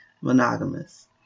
monogamous